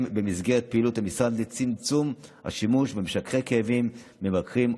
במסגרת פעילות המשרד לצמצום השימוש במשככי כאבים ממכרים,